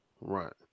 right